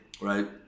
right